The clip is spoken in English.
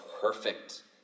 perfect